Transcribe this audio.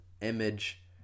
image